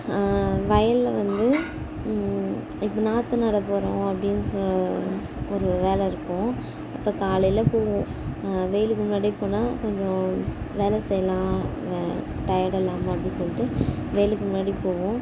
வயலில் வந்து இப்போ நாற்று நடப்போறோம் அப்படின்னு சொல் ஒரு வேலை இருக்கும் அப்போ காலையில் போவோம் வெயிலுக்கு முன்னாடியே போனால் கொஞ்சம் வேலை செய்யலாம் டயர்ட் இல்லாமல் அப்படின்னு சொல்லிட்டு வெயிலுக்கு முன்னாடி போவோம்